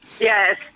yes